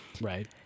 Right